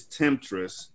temptress